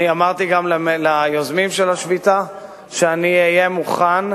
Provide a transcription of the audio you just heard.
אמרתי גם ליוזמים של השביתה שאני אהיה מוכן,